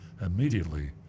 immediately